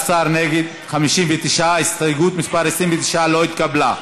בעד, 16, נגד, 59. הסתייגות מס' 29 לא התקבלה.